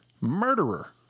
murderer